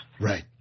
Right